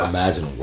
Imagine